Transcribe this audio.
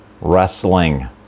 wrestling